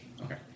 Okay